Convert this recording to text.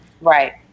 Right